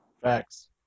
Facts